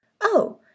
Oh